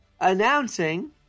announcing